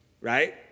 right